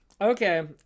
Okay